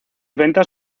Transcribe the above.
ventas